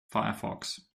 firefox